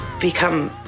become